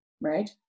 Right